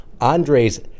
Andres